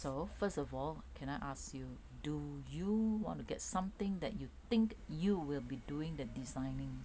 so first of all can I ask you do you want to get something that you think you will be doing the designing